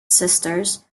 sisters